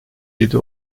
yedi